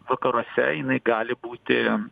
vakaruose jinai gali būti